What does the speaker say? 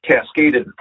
cascaded